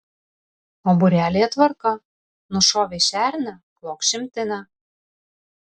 o būrelyje tvarka nušovei šernę klok šimtinę